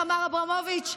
איך אמרת, אברמוביץ'?